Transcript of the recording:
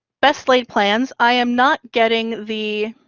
best-laid plans, i am not getting the